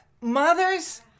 mothers